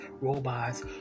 robots